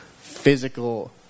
physical